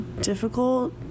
difficult